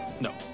No